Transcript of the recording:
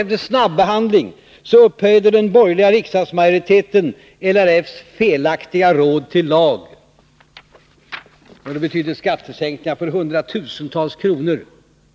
Efter snabbehandling upphöjde den borgerliga riksdagsmajoriteten LRF:s felaktiga råd till lag. Det betydde skattesänkning för skogsägare med hundratusentals kronor.